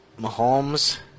Mahomes